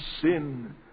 sin